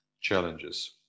challenges